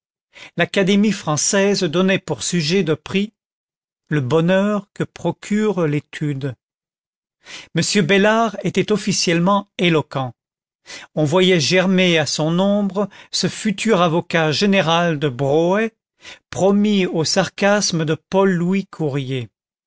l'académie française donnait pour sujet de prix le bonheur que procure l'étude m bellart était officiellement éloquent on voyait germer à son ombre ce futur avocat général de broè promis aux sarcasmes de paul louis courier